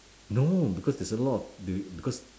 no because there's a lot of they because